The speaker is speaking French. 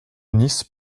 nice